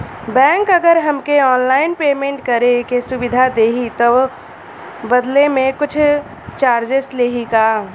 Bank अगर हमके online payment करे के सुविधा देही त बदले में कुछ चार्जेस लेही का?